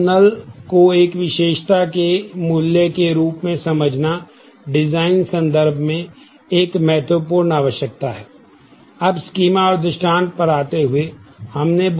तो नल को एक विशेषता के एक मूल्य के रूप में समझना डिजाइन संदर्भ में एक महत्वपूर्ण आवश्यकता है